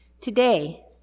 Today